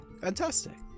fantastic